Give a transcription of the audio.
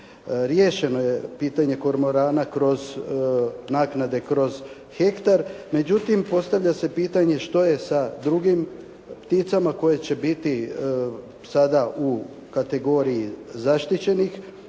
riješeno je pitanje kormorana kroz naknade kroz hektar. Međutim, postavlja se pitanje što je sa drugim pticama koje će biti sada u kategoriji zaštićenih